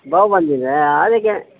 ಬಾವು ಬಂದಿದೆಯಾ ಅದಕ್ಕೆ